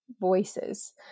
voices